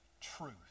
Truth